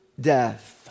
death